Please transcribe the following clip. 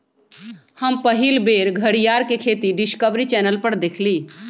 हम पहिल बेर घरीयार के खेती डिस्कवरी चैनल पर देखली